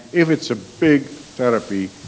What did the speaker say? if it's ah big therapy,